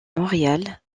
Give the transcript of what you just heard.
montréal